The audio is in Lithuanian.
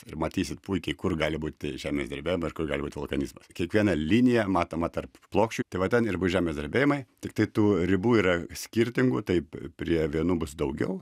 ir matysit puikiai kur gali būti žemės drebėjimai ir kur gali būti vulkanizmas kiekviena linija matoma tarp plokščių tai va ten ir bus žemės drebėjimai tiktai tų ribų yra skirtingų taip prie vienų bus daugiau